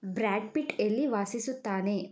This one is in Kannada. ಬ್ರ್ಯಾಡ್ ಪಿಟ್ ಎಲ್ಲಿ ವಾಸಿಸುತ್ತಾನೆ